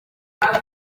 beth